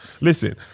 Listen